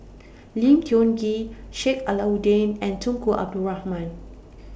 Lim Tiong Ghee Sheik Alau'ddin and Tunku Abdul Rahman